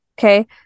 okay